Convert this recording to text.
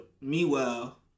Meanwhile